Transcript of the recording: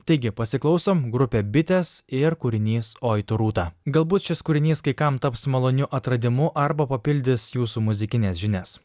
taigi pasiklausom grupė bitės ir kūrinys oi tu rūta galbūt šis kūrinys kai kam taps maloniu atradimu arba papildys jūsų muzikines žinias